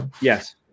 yes